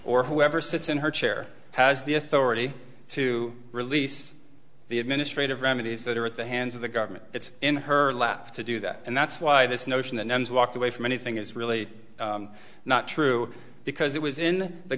or whoever sits in her chair has the authority to release the administrative remedies that are at the hands of the government it's in her lap to do that and that's why this notion that numbs walked away from anything is really not true because it was in the